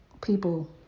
People